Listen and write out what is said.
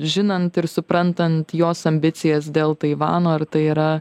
žinant ir suprantant jos ambicijas dėl taivano ar tai yra